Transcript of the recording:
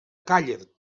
càller